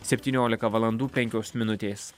septyniolika valandų penkios minutės